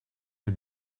you